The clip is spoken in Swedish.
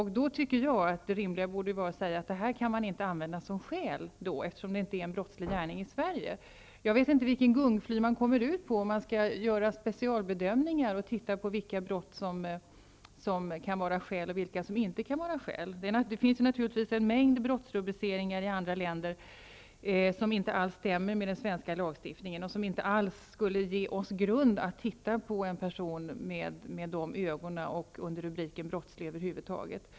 Jag tycker att det borde vara rimligt att man inte kan använda detta som skäl, eftersom gärningen inte är brottslig i Sverige. Man kommer ut på ett gungfly, om man skall göra specialbedömningar av vilka brott som kan utgöra särskilda skäl och vilka som inte kan vara det. Det finns naturligtvis en mängd brottsrubriceringar i andra länder som inte stämmer med den svenska lagstiftningen, gärningar som inte alls skulle ge oss grund att betrakta en person som brottslig över huvud taget.